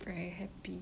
very happy